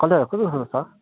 कलरहरू कस्तो खालको छ